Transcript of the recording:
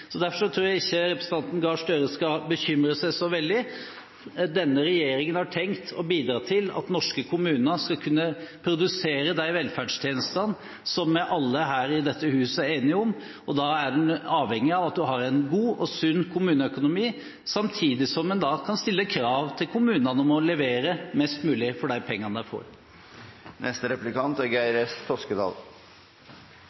så veldig. Denne regjeringen har tenkt å bidra til at norske kommuner skal kunne produsere de velferdstjenestene som vi alle her i dette huset er enige om, og da er en avhengig av at en har en god og sunn kommuneøkonomi, samtidig som en kan stille krav til kommunene om å levere mest mulig for de pengene de får. Vi merker innen flere samfunnsforhold en betydelig sentralisering i landet vårt. Kristelig Folkeparti er